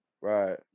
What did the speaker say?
Right